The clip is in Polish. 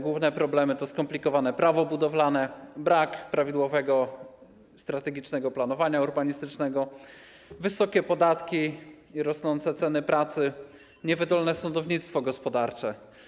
Główne problemy to skomplikowane prawo budowlane, brak prawidłowego strategicznego planowania urbanistycznego, wysokie podatki i rosnące ceny pracy, niewydolne sądownictwo gospodarcze.